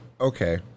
okay